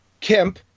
Kemp